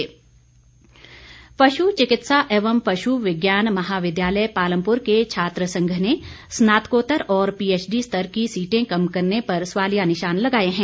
छात्र संघ पशु चिकित्सा एवं पशु विज्ञान महाविद्यालय पालमपुर के छात्र संघ ने स्नातकोत्तर और पीएचडी स्तर की सीटें कम करने पर सवालिया निशान लगाए हैं